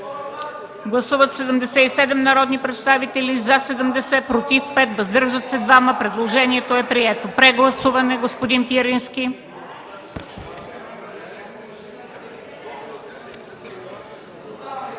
Гласували 77 народни представители: за 70, против 5, въздържали се 2. Предложението е прието. Прегласуване – заповядайте, господин Пирински.